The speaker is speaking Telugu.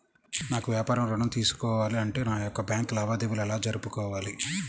నాకు వ్యాపారం ఋణం తీసుకోవాలి అంటే నా యొక్క బ్యాంకు లావాదేవీలు ఎలా జరుపుకోవాలి?